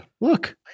Look